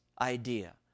idea